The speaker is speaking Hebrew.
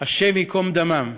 השם ייקום דמם,